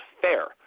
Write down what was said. fair